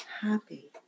happy